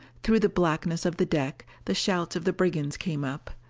through the blackness of the deck, the shouts of the brigands came up.